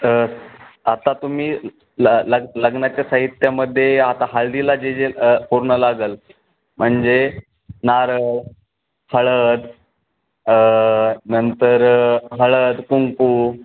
तर आता तुम्ही ल लग लग्नाच्या साहित्यामध्ये आता हळदीला जे जे पूर्ण लागेल म्हणजे नारळ हळद नंतर हळद कुंकू